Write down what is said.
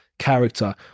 character